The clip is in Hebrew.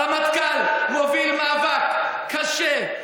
הרמטכ"ל מוביל מאבק קשה,